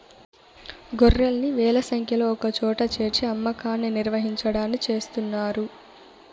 గొర్రెల్ని వేల సంఖ్యలో ఒకచోట చేర్చి అమ్మకాన్ని నిర్వహించడాన్ని చేస్తున్నారు